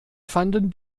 fanden